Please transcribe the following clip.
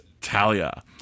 Talia